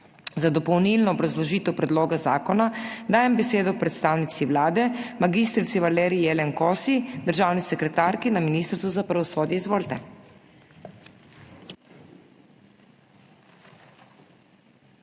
Za dopolnilno obrazložitev predloga zakona dajem besedo predstavnici Vlade mag. Valeriji Jelen Kosi, državni sekretarki na Ministrstvu za pravosodje. Izvolite.